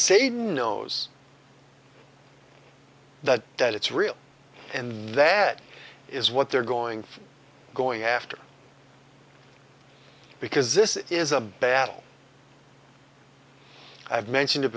satan knows that that it's real and that is what they're going going after because this is a battle i've mentioned